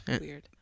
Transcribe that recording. weird